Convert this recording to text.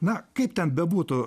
na kaip ten bebūt